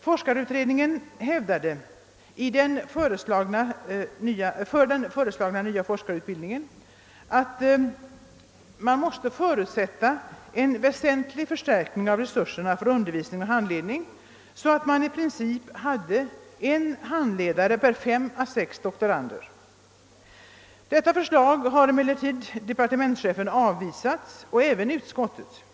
Forskarutredningen hävdade att den föreslagna nya forskarutbildningen förutsatte en väsentlig förstärkning av resurserna för undervisning och handledning, så att man i princip hade en handledare per fem å sex doktorander. Detta förslag har emellertid depar tementschefen och även utskottet avvisat.